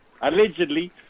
allegedly